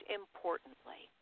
importantly